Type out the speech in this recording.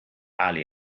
ali